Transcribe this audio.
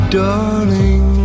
darling